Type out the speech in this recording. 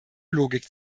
logik